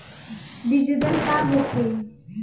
बीजदर का होखे?